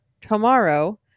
tomorrow